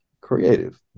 creative